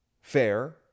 fair